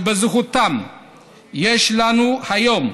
שבזכותם יש לנו היום